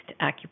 acupuncture